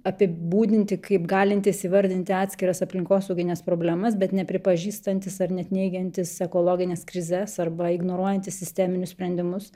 apibūdinti kaip galintys įvardinti atskiras aplinkosaugines problemas bet nepripažįstantys ar net neigiantys ekologines krizes arba ignoruojantys sisteminius sprendimus